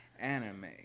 Anime